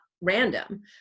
random